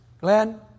Glenn